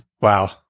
Wow